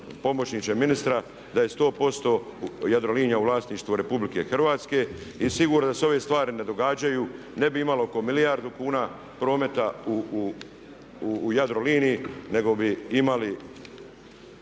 pomoćniče ministra da je 100% Jadrolinija u vlasništvu Republike Hrvatske i sigurno da se ove stvari ne događaju ne bi imali oko milijardu kuna prometa u Jadroliniji nego bi imali